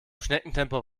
schneckentempo